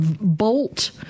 Bolt